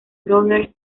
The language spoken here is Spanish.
brother